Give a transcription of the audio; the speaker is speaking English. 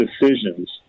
decisions